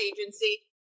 agency